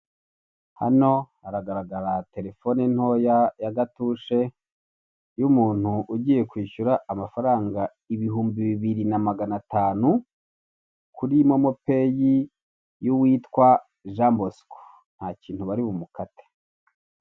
Hano haragaragara telefone ntoya ya gatushe, y'umuntu ugiye kwishyura amafaranga ibihumbi bibiri na magana atanu, kuri momo peyi y'uwitwa Jean Bosco. Nta kintu baribumukate.